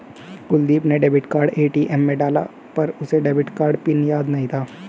कुलदीप ने debit card ATM में डाला पर उसे डेबिट कार्ड पिन याद नहीं था